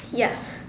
ya